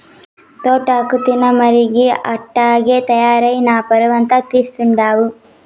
తోటాకు తినమరిగి అట్టాగే తయారై నా పరువంతా తీస్తండావు